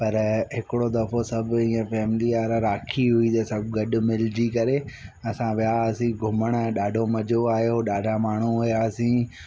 पर हिकिड़ो दफ़ो सभु ईंअ फैमिली वारा राखी हुई त सभु गॾु मिलजी करे असां विया हुआसीं घुमणु ॾाढो मज़ो आहियो ॾाढा माण्हू हुआसीं